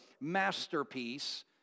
masterpiece